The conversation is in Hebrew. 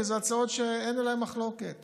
כי אלה הצעות שאין עליהן מחלוקת